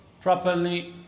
properly